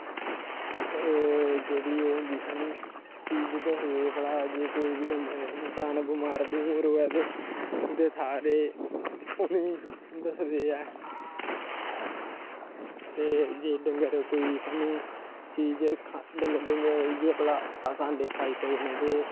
जेह्ड़ी ओह् होंदी सानू चीज दसदे भला कोई बी इंसान बमार बमूर होऐ ते ओह्दे थाह्र उ'नें गी दसदे ऐ ते जे डंगर कोई सानू चीज डंगर भला अस इ'यै अंडे उंडे खाई सकनें ते